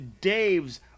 Dave's